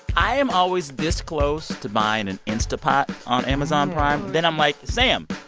i am always this close to buying an instapot on amazon prime. then i'm like, sam,